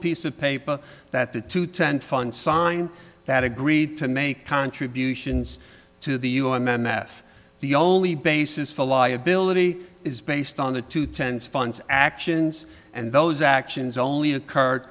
piece of paper that the two ten fund sign that agreed to make contributions to the euro and then that the only basis for liability is based on the two ten's funds actions and those actions only occurred